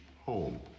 home